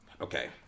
Okay